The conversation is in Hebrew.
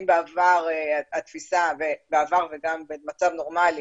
אם בעבר וגם במצב נורמלי